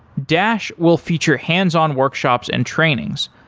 dash will feature hands-on workshops and trainings,